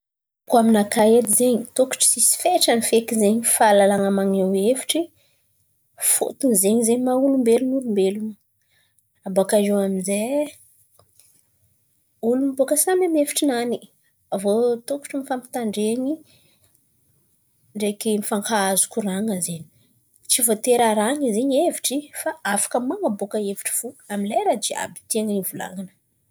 Koà aminàka edy zen̈y tokony tsisy fetrany feky zen̈y fahalalan̈a maneho hevitry fôtony zen̈y zen̈y maha olombelon̈o ny olombelon̈o. Abôkà eo amin'zay olo bôkà samy amin'ny hevitrinany, avy iô tokony mifampitandren̈y ndraiky mifankahazo koran̈a zen̈y. Tsy voatery arahan̈a zen̈y hevitry fa afaka man̈aboaka hevitry fo amin'ny lera jiàby tiany hivolan̈ana.